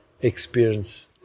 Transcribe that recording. experience